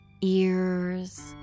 ears